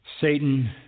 Satan